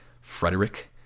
Frederick